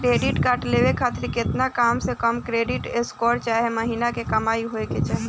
Credit card लेवे खातिर केतना कम से कम क्रेडिट स्कोर चाहे महीना के कमाई होए के चाही?